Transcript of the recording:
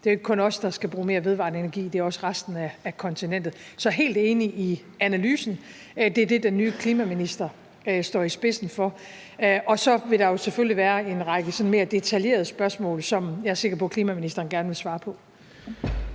det er jo ikke kun os, der skal bruge mere vedvarende energi; det er også resten af kontinentet. Så jeg er helt enig i analysen. Det er det, den nye klimaminister står i spidsen for. Og så vil der selvfølgelig være en række sådan mere detaljerede spørgsmål, som jeg er sikker på klimaministeren gerne vil svare på.